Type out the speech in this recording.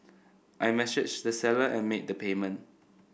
I messaged the seller and made the payment